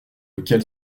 lequel